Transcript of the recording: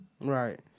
Right